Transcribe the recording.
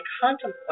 contemplate